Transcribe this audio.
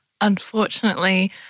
Unfortunately